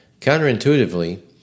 Counterintuitively